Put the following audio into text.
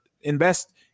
invest